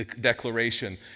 declaration